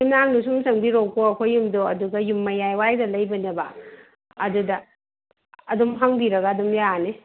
ꯌꯨꯝꯅꯥꯡꯗꯁꯨꯝ ꯆꯪꯕꯤꯔꯛꯑꯣꯀꯣ ꯑꯩꯈꯣꯏ ꯌꯨꯝꯗꯣ ꯑꯗꯨꯒ ꯌꯨꯝ ꯃꯌꯥꯏꯋꯥꯏꯗ ꯂꯩꯕꯅꯦꯕ ꯑꯗꯨꯗ ꯑꯗꯨꯝ ꯍꯪꯕꯤꯔꯒ ꯑꯗꯨꯝ ꯌꯥꯅꯤ